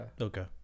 Okay